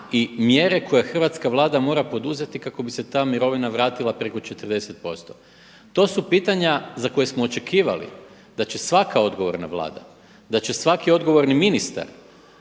i mjere koje hrvatska Vlada mora poduzeti kako bi se ta mirovina vratila preko 40%. To su pitanja za koja smo očekivali da će svaka odgovorna vlada, da će svaki odgovorni ministar